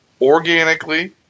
organically